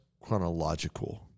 chronological